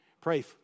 Pray